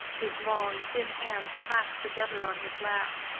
his long, thin hands clasped together on his lap.